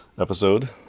episode